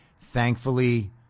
Thankfully